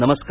नमस्कार